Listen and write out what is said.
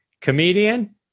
comedian